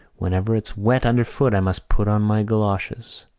whenever it's wet underfoot i must put on my galoshes.